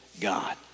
God